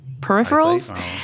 peripherals